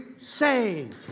saved